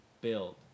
build